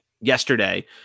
yesterday